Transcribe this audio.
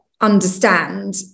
understand